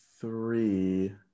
three